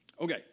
Okay